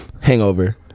Hangover